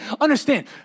understand